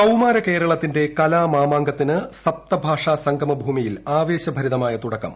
കൌമാര കേരളത്തിന്റെ കലാമാങ്കത്തിന് സപ്തഭാഷാ സംഗമ ഭൂമിയിൽ ആവേശഭരിതമായ തുടക്കം